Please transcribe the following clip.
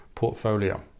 portfolio